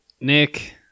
Nick